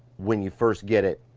when you first get it.